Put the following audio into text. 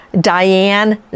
Diane